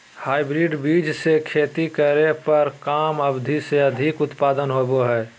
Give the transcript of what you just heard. hybrid बीज से खेती करे पर कम अवधि में अधिक उत्पादन होबो हइ